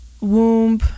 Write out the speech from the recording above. womb